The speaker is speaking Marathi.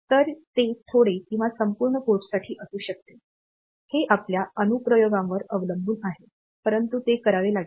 तर ते थोडे किंवा संपूर्ण पोर्टसाठी असू शकते हे आपल्या अनुप्रयोगावर अवलंबून आहे परंतु ते करावे लागेल